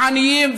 העניים.